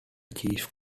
chief